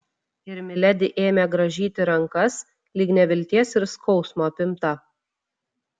ir miledi ėmė grąžyti rankas lyg nevilties ir skausmo apimta